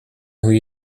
hoe